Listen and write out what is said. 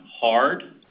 hard